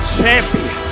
Champion